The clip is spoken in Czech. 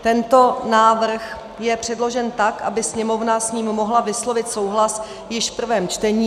Tento návrh je předložen tak, aby s ním Sněmovna mohla vyslovit souhlas již v prvém čtení.